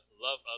love